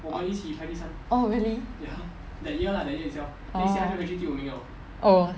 oh really orh oh